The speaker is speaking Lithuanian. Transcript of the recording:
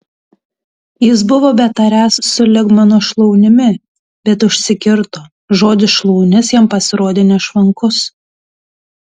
jis buvo betariąs sulig mano šlaunimi bet užsikirto žodis šlaunis jam pasirodė nešvankus